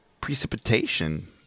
precipitation